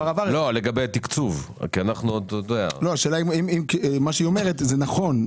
מה שהיא אומרת זה נכון,